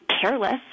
careless